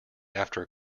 after